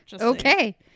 Okay